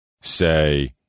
Say